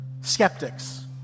skeptics